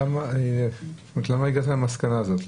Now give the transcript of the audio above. למה הגעת למסקנה הזאת?